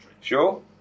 Sure